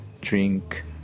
drink